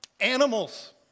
Animals